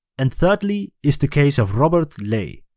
and thirdly is the case of robert ley.